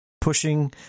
pushing